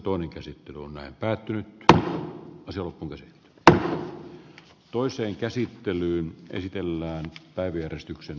nyt vahvistetaan tässä nimenomaisessa laissa nimenomaan näitten vartijoitten oikeutta toimia